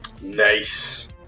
Nice